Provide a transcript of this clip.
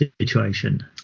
situation